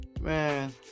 Man